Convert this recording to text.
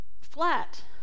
flat